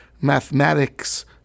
mathematics